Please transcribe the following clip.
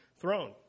throne